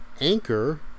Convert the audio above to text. Anchor